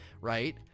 right